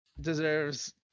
deserves